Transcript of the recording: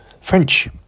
French